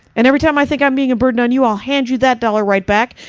and every time i think i'm being a burden on you, i'll hand you that dollar right back.